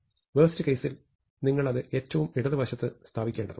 worst കേസിൽ നിങ്ങൾ അത് ഏറ്റവും ഇടതുവശത്ത് സ്ഥാപിക്കേണ്ടതുണ്ട്